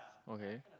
okay